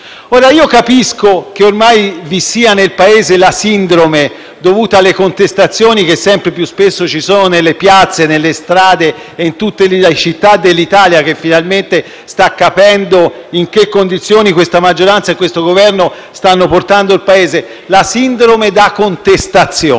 Capisco che ormai nel Paese vi è una sindrome dovuta alle contestazioni, che sempre più spesso si verificano nelle piazze e nelle strade di tutte le città dell'Italia, che finalmente sta capendo in che condizioni questa maggioranza e questo Governo stanno riducendo il Paese: la sindrome da contestazione.